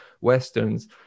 westerns